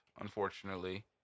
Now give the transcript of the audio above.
unfortunately